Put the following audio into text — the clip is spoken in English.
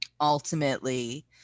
ultimately